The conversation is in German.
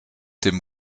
dem